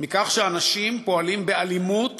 אנשים פועלים באלימות